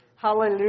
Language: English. Hallelujah